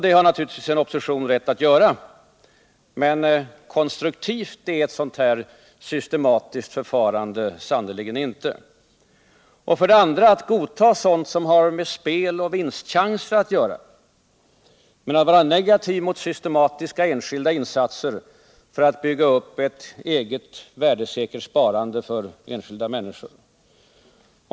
Det har naturligtvis en opposition rätt att göra, men konstruktivt är ett sådant systematiskt förfarande sannerligen inte. För det andra godtar man sådant som har med spel och vinstchanser att göra men är negativ mot systematiska enskilda insatser för att bygga upp ett eget värdesäkert sparande för enskilda människor.